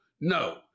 No